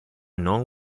non